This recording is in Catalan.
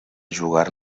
jugar